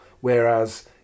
whereas